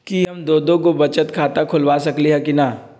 कि हम दो दो गो बचत खाता खोलबा सकली ह की न?